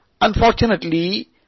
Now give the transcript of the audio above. Unfortunately